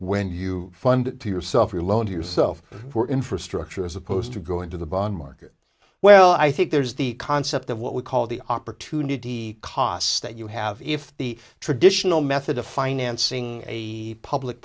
when you fund yourself your loan or your so for infrastructure as opposed to go into the bond market well i think there's the concept of what we call the opportunity costs that you have if the traditional method of financing a public